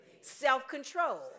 self-control